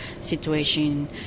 situation